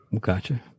Gotcha